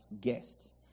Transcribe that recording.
guest